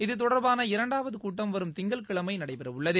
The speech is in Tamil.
இது தொடர்பான இரண்டாவது கூட்டம் வரும் திங்கட்கிழமை நடைபெறவுள்ளது